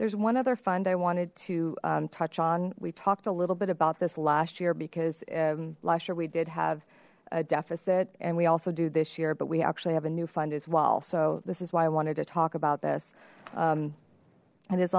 there's one other fund i wanted to touch on we talked a little bit about this last year because last year we did have a deficit and we also do this year but we actually have a new fund as well so this is why i wanted to talk about this and it's